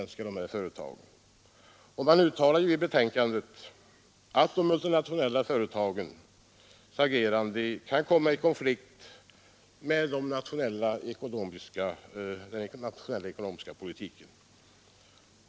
Det uttalas i betänkandet att de multinationella företagen genom sitt agerande kan komma i konflikt med den nationella ekonomiska politiken.